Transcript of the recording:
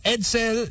Edsel